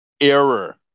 error